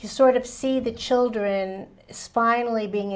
you sort of see the children spirally being